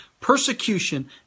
persecution